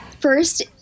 first